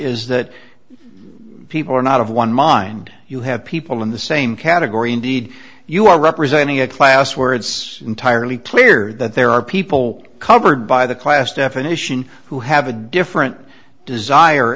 is that people are not of one mind you have people in the same category indeed you are representing a class where it's entirely clear that there are people covered by the class definition who have a different desire